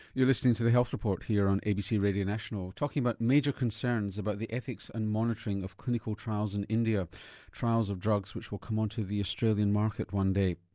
you're listening to the health report here on abc radio national talking about major concerns about the ethics and monitoring of clinical trials in india trials of drugs which will come onto the australian market one day.